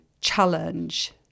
challenge